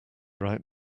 right